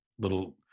little